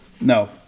no